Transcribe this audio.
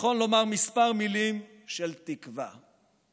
נכון לומר כמה מילים של תקווה.